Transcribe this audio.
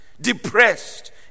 depressed